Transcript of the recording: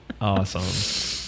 awesome